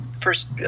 first